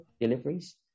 deliveries